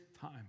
time